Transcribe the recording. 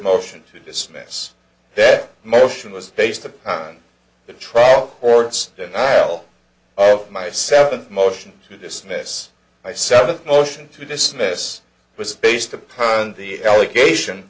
motion to dismiss that motion was based upon the trial or its denial of my seven motion to dismiss by seven of the motion to dismiss was based upon the allegation